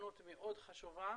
מאוד חשובה